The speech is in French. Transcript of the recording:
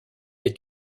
est